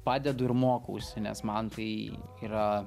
padedu ir mokausi nes man tai yra